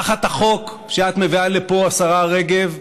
תחת החוק שאת מביאה לפה, השרה רגב,